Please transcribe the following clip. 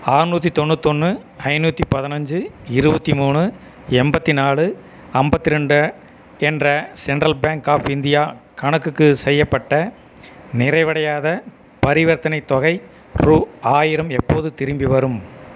அறநூற்றி தொண்ணூத்தொன்று ஐநூற்றி பதினைஞ்சி இருபத்தி மூணு எண்பத்தி நாலு ஐம்பத்ரெண்டு என்ற சென்ட்ரல் பேங்க் ஆஃப் இந்தியா கணக்குக்கு செய்யப்பட்ட நிறைவடையாத பரிவர்த்தனை தொகை ரூபா ஆயிரம் எப்போது திரும்பிவரும்